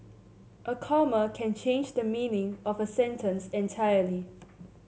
a comma can change the meaning of a sentence entirely